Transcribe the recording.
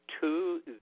two